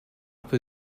peu